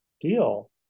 deal